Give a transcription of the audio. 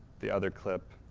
the other clip.